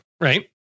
Right